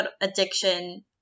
addiction